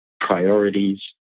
priorities